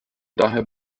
daher